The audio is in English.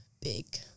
big